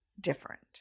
different